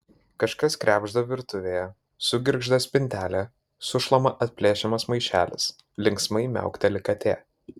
kažkas krebžda virtuvėje sugirgžda spintelė sušlama atplėšiamas maišelis linksmai miaukteli katė